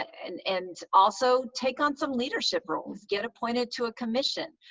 and and also take on some leadership roles. get appointed to a commission,